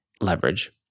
leverage